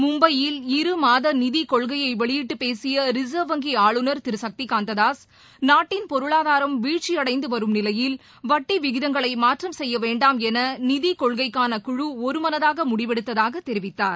மும்பையில் இரு மாத நிதி கொள்கையை வெளியிட்டு பேசிய ரிசர்வ் வங்கி ஆளுநர் சக்தி காந்ததாஸ் நாட்டின் பொருளாதாரம் வீழ்ச்சியடைந்து வரும் நிலையில் வட்டி விகிதங்களை மாற்றம் செய்ய வேண்டாம் என நிதி கொள்கைக்கான குழு ஒரு மனதாக முடிவெடுத்ததாக தெரிவித்தார்